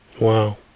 Wow